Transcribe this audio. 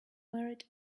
married